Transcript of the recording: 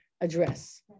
address